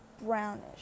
brownish